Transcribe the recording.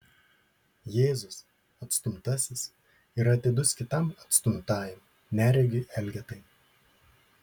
jėzus atstumtasis yra atidus kitam atstumtajam neregiui elgetai